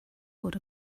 got